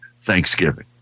Thanksgiving